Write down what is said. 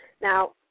Now